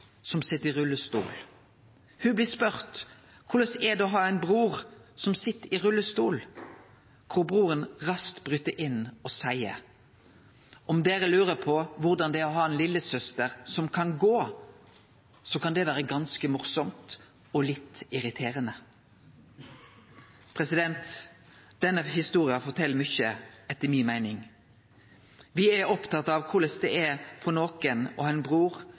som sit i rullestol. Ho blir spurd korleis det er å ha ein bror som sit i rullestol, da broren raskt bryt inn og seier: Om dere lurer på hvordan det er å ha en lillesøster som kan gå, så kan det være ganske morsomt. Og litt irriterende. Denne historia fortel mykje, etter mi meining. Me er opptatt av korleis det er for nokon å ha ein bror